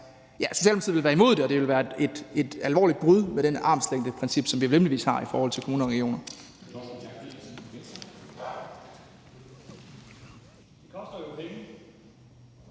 Socialdemokratiet ville være imod det, og det ville være et alvorligt brud med det armslængdeprincip, som vi vanligvis har i forhold til kommuner og regioner.